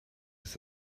ist